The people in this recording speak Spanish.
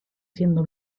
siendo